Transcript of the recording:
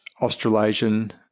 Australasian